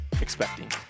Expecting